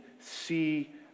see